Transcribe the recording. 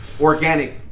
organic